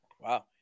Wow